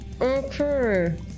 Okay